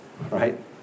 right